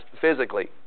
physically